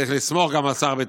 צריך לסמוך גם על שר הביטחון.